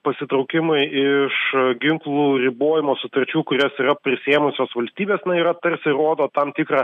pasitraukimai iš ginklų ribojimo sutarčių kurias yra prisiėmusios valstybės na yra tarsi rodo tam tikrą